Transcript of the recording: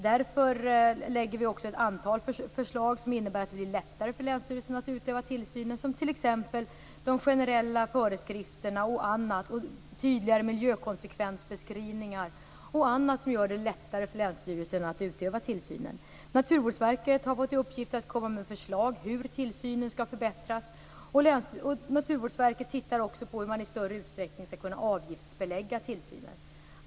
Därför lägger vi fram ett antal förslag som innebär att det blir lättare för länsstyrelserna att utöva tillsynen, t.ex. genom generella föreskrifter, tydligare miljökonsekvensbeskrivningar och annat. Naturvårdsverket har fått i uppgift att komma med förslag till hur tillsynen skall förbättras. Man skall också titta på hur tillsynen i större utsträckning skall kunna avgiftsbeläggas.